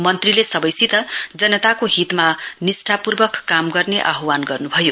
मन्त्रीले सबैसित जनताको हितमा निष्टापूर्वक काम गर्ने आह्वान गर्नु भयो